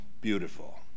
beautiful